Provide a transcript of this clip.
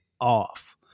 off